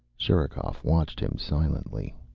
sherikov watched him silently.